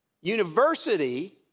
university